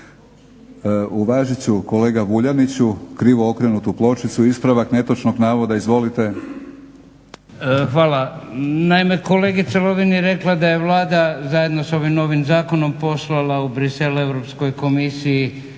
Hvala. Naime, kolegica Lovrin je rekla da je Vlada zajedno s ovim novim zakonom poslala u Bruxelles Europskoj komisiji